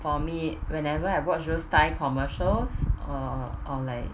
for me whenever I watch those thai commercials or or like